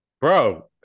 Bro